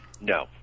No